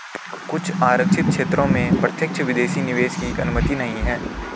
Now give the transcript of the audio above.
कुछ आरक्षित क्षेत्रों में प्रत्यक्ष विदेशी निवेश की अनुमति नहीं है